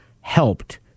helped